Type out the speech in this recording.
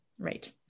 Right